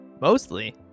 Mostly